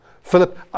Philip